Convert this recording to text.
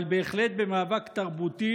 אבל בהחלט במאבק תרבותי,